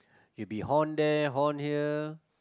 you'll be horn there horn here